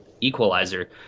equalizer